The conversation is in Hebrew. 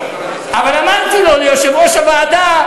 אבל אמרתי לו, ליושב-ראש הוועדה: